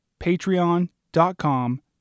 patreon.com